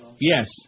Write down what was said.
Yes